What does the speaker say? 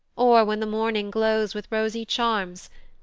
or when the morning glows with rosy charms,